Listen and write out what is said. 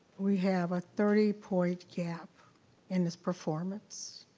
we have a thirty point gap in this performance.